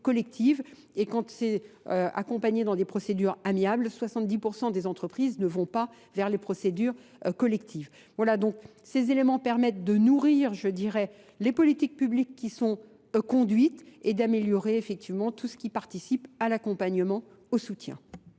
et quand c'est accompagné dans des procédures amiable 70% des entreprises ne vont pas vers les procédures collectives. Voilà donc ces éléments permettent de nourrir je dirais les politiques publiques qui sont conduites et d'améliorer effectivement tout ce qui participe à l'accompagnement au soutien.